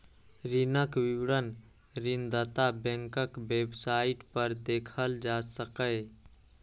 ऋणक विवरण ऋणदाता बैंकक वेबसाइट पर देखल जा सकैए